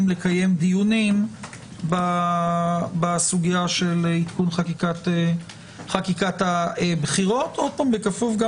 לקיים דיונים בסוגיה של עדכון חקיקת הבחירות בכפוף גם